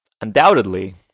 undoubtedly